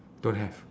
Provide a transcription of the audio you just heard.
don't have